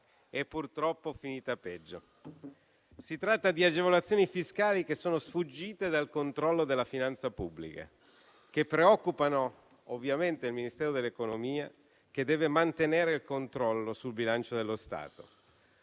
e purtroppo finita peggio. Si tratta di agevolazioni fiscali che sono sfuggite al controllo della finanza pubblica e che preoccupano ovviamente il Ministero dell'economia, che deve mantenere il controllo sul bilancio dello Stato.